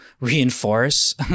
reinforce